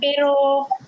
pero